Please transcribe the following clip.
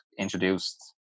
introduced